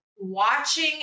Watching